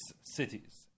cities